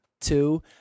two